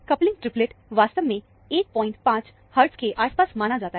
coupling triplet वास्तव में 15 hertz के आसपास माना जाता है